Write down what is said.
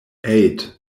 eight